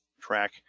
track